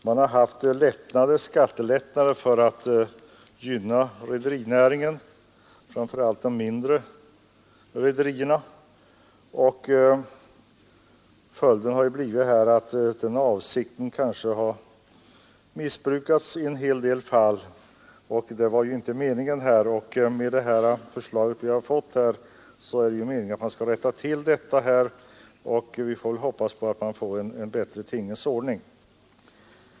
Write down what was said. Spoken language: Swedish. Man har för att gynna rederinäringen beviljat framför allt de mindre rederierna skattelättnader, vilka i en hel del fall har missbrukats på ett sätt som inte var avsett. Meningen med det förslag som nu har förelagts oss är att detta förhållande skall rättas till, och vi skall väl hoppas att man får till stånd en bättre tingens ordning.